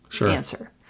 answer